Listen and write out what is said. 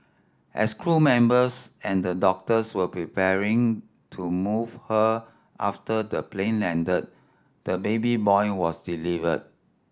as crew members and the doctors were preparing to move her after the plane landed the baby boy was delivered